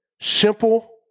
Simple